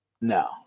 No